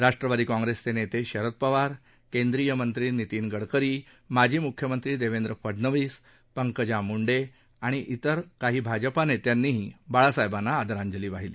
राष्ट्रवादी काँग्रेसचे नेते शरद पवार केंद्रीय मंत्री नितीन गडकरी माजी मुख्यमंत्री देवेंद्र फडनवीस पंकजा मुंडे आणि इतर काही भाजपा नेत्यांनीही बाळासाहेबांना आदरांजली वाहिली